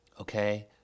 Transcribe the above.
Okay